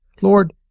Lord